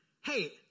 hey